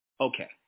Okay